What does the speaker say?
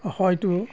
হয়টো